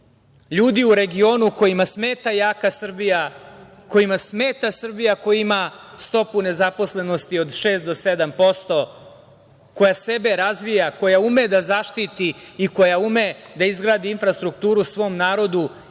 ljudi u regionu kojima smeta jaka Srbija, kojima smeta Srbija koja ima stopu nezaposlenosti od 6 do 7%, koja sebe razvija, koja ume da zaštiti i koja ume da izgradi infrastrukturu svom narodu i u